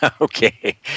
Okay